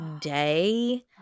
day